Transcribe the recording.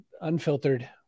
unfiltered